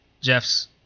Jeff's